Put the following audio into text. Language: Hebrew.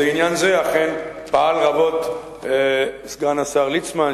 לעניין זה אכן פעל רבות סגן השר ליצמן,